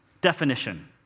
definition